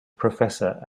professor